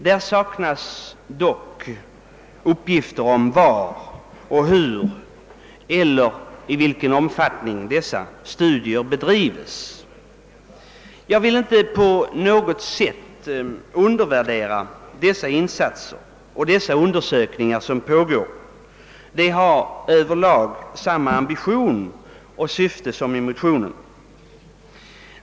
Det saknas dock uppgifter om var, hur eller i vilken omfattning dessa studier bedrivs. Jag vill inte på något sätt undervärdera dessa insatser och de undersökningar som pågår. De har över lag samma ambition och syfte som det som avses i motionen.